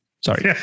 Sorry